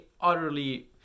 utterly